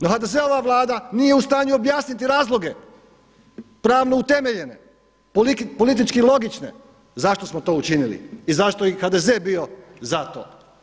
No HDZ-ova Vlada nije u stanju objasniti razloge, pravno utemeljene, politički logične zašto smo to učinili i zašto je i HDZ bio za to.